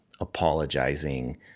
apologizing